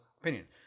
opinion